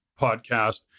podcast